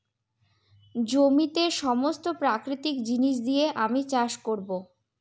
জমিতে সমস্ত প্রাকৃতিক জিনিস দিয়ে আমি চাষ করবো